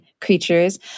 creatures